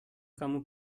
kamu